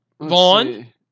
Vaughn